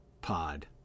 pod